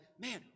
man